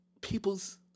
people's